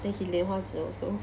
then he 莲花指 also